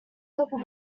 purple